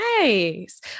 Nice